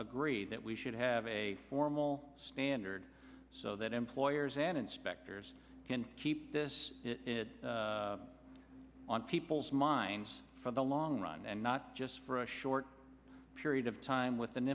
agree that we should have a formal standard so that employers and inspectors can keep this on people's minds for the long run and not just for a short period of time with an